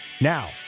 Now